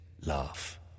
laugh